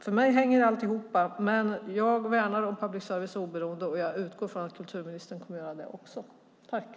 För mig hänger allt ihop, men jag värnar om public service oberoende, och jag utgår från att även kulturministern kommer att göra det.